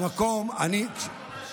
בפעם האחרונה